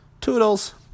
toodles